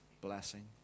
blessing